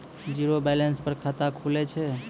Zero balance पर खाता खुले छै?